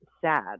sad